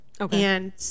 Okay